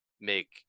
make